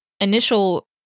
initial